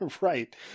Right